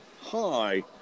Hi